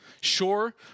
Sure